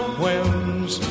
whims